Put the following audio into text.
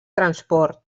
transport